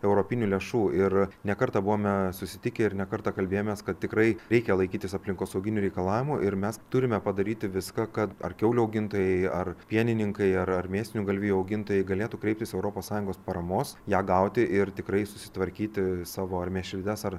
europinių lėšų ir ne kartą buvome susitikę ir ne kartą kalbėjomės kad tikrai reikia laikytis aplinkosauginių reikalavimų ir mes turime padaryti viską kad ar kiaulių augintojai ar pienininkai ar ar mėsinių galvijų augintojai galėtų kreiptis europos sąjungos paramos ją gauti ir tikrai susitvarkyti savo ar mėšlides ar